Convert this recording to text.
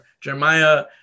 Jeremiah